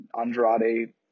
Andrade